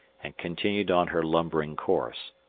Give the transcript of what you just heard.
and continued on her lumbering course.